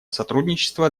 сотрудничество